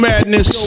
Madness